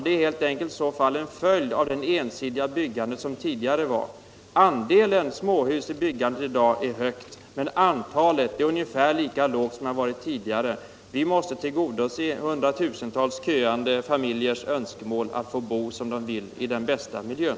Det raseriet är i så fall en följd av det tidigare ensidiga byggandet. Andelen småhus i byggandet i dag är hög, men antalet är ungefär lika lågt som det varit tidigare. Vi måste tillgodose hundratusentals köande familjers önskemål att få bo som de vill, i den bästa miljön.